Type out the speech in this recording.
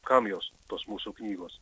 kam jos tos mūsų knygos